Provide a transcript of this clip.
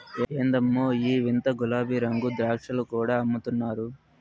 ఎందమ్మో ఈ వింత గులాబీరంగు ద్రాక్షలు కూడా అమ్ముతున్నారు